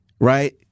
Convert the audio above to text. right